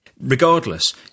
regardless